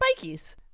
spikies